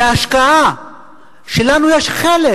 כאל השקעה שלנו יש חלק בה,